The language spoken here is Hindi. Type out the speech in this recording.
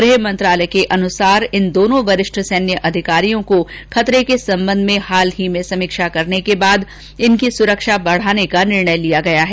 गृह मंत्रालय के अनुसार इन दोनों वरिष्ठ सैनय अधिकारियों को खतरे के संबंध में हाल ही में समीक्षा करने के बाद इनकी सुरक्षा बढाने का निर्ण लिया गया है